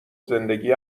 زندگی